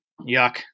Yuck